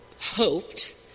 hoped